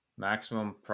Maximum